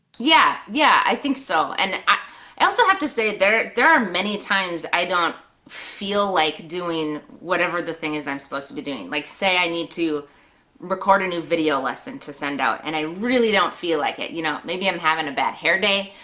yeah, yeah, i think so, and i i also have to say there there are many times i don't feel like doing whatever the thing is i'm supposed to be doing. like say i need to record a new video lesson to send out, and i really don't feel like it. you know maybe i'm having a bad hair day,